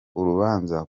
urubanza